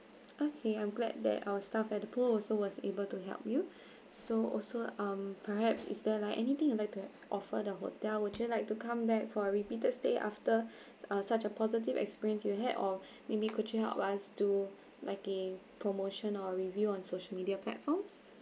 okay I'm glad that our staff at the pool also was able to help you so also um perhaps is there like anything you like to offer the hotel would you like to come back for a repeated stay after uh such a positive experience you had or maybe could you help us to like in promotion or review on social media platforms